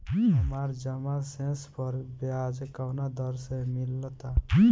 हमार जमा शेष पर ब्याज कवना दर से मिल ता?